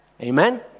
Amen